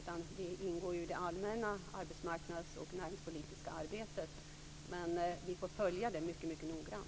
Det ingår i det allmänna arbetsmarknads och näringspolitiska arbetet. Men vi får följa det mycket noggrant.